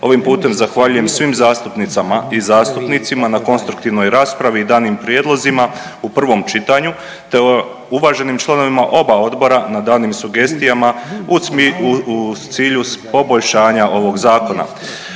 Ovim putem zahvaljujem svim zastupnicama i zastupnicima na konstruktivnoj raspravi i danim prijedlozima u prvom čitanju, te uvaženim članovima oba odbora na daljnjim sugestijama u cilju poboljšanja ovog zakona.